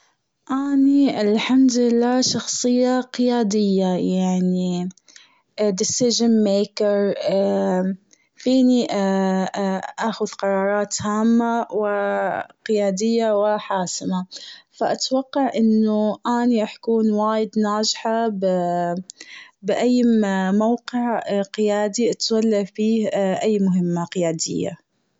اني الحمد لله شخصية قيادية يعني deission maker فيني أخذ قرارات هامة و قيادية و حاسمة. فاتوقع إنه أني رح اكون وايد ناجحة بأي موقع قيادي اتولى فيه أي مهمة قيادية.